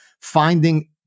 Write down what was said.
finding